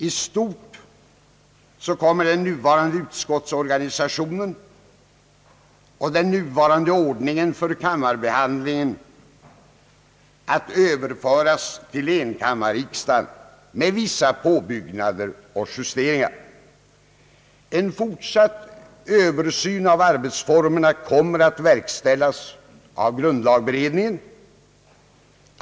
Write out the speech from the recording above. I stort kommer den nuvarande utskottsorganisationen och den nuvarande ordningen för kammarbehandlingen att överföras till enkammarriksdagen, med vissa påbyggnader och justeringar. En fortsatt översyn av arbetsformerna kommer att verkställas av grundlagberedningen.